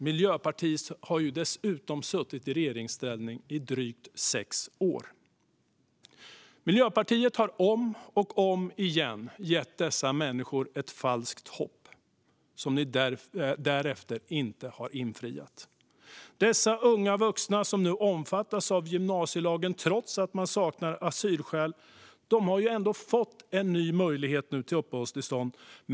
Miljöpartiet har dessutom suttit i regeringsställning i drygt sex år. Miljöpartiet har om och om igen gett dessa människor ett falskt hopp som ni därefter inte har infriat. Dessa unga vuxna som nu omfattas av gymnasielagen, trots att de saknar asylskäl, har ändå fått en ny möjlighet till uppehållstillstånd.